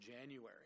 January